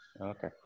okay